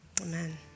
Amen